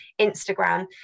Instagram